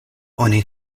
oni